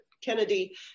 Kennedy